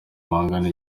bangana